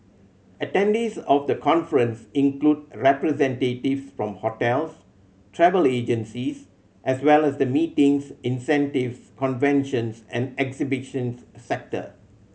attendees of the conference include representatives from hotels travel agencies as well as the meetings incentives conventions and exhibitions sector